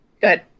good